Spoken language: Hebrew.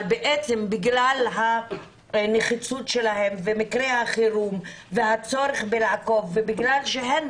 אבל בגלל הנחיצות שלהם במקרי החירום והצורך לעקוב ומכיוון שהן